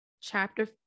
chapter